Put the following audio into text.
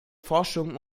forschung